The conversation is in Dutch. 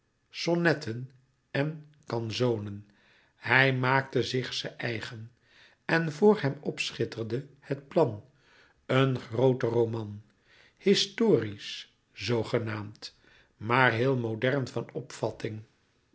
sonnetten en canzonen hij maakte zich ze eigen en vr hem opschitterde het plan een groote roman historisch zoogenaamd maar heel modern van opvatting